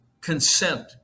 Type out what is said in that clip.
consent